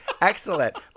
Excellent